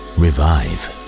revive